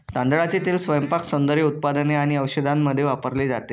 तांदळाचे तेल स्वयंपाक, सौंदर्य उत्पादने आणि औषधांमध्ये वापरले जाते